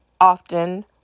often